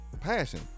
passion